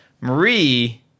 Marie